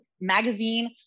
magazine